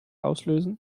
auslösen